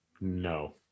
No